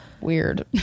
weird